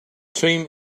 team